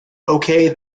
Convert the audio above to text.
okay